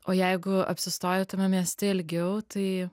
o jeigu apsistoji tame mieste ilgiau tai